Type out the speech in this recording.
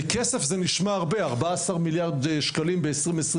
בכסף זה נשמע הרבה: 14 מיליארד שקלים ב-2024,